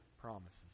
promises